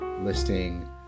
listing